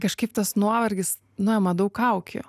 kažkaip tas nuovargis nuima daug kaukių